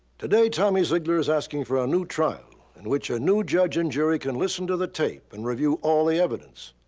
today, tommy zeigler is asking for a new trial in which a new judge and jury can listen to the tape and review all the evidence.